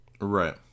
Right